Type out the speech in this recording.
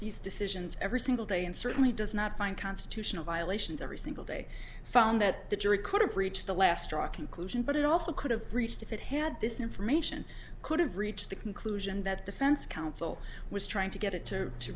these decisions every single day and certainly does not find constitutional violations every single day found that the jury could have reached the last straw conclusion but it also could have reached if it had this information could have reached the conclusion that defense counsel was trying to get it to